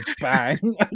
bang